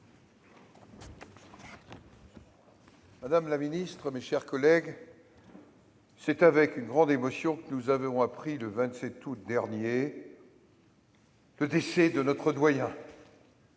Madame la secrétaire d'État, mes chers collègues, c'est avec une grande émotion que nous avons appris, le 27 août dernier, le décès de notre doyen